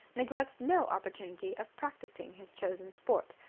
neglects no opportunity of practising his chosen sport,